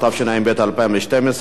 התשע"ב 2012,